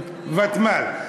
ותמ"ל.